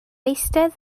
eistedd